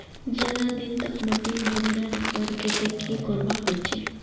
ज्यादा दिन तक माटी भुर्भुरा रखवार केते की करवा होचए?